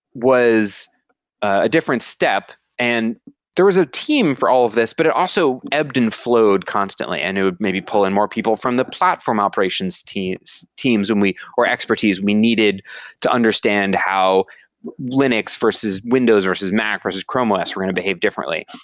was a different step and there was a team for all this, but it also ebbed and flowed constantly and it would may be pull in more people from the platform operations teams teams and or expertise we needed to understand how linux versus windows versus mac versus chrome os were going to behave differently,